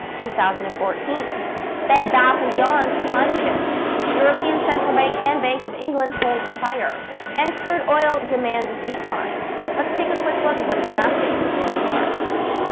two thousand and fourteen bed bath and beyond plunges european central bank and bank of england hold fire and crude oil demand decline let's take a quick look at what is happening in the global markets.